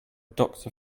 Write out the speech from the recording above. doctor